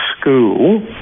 school